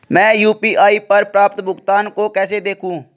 मैं यू.पी.आई पर प्राप्त भुगतान को कैसे देखूं?